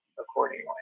accordingly